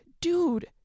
dude